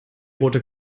rote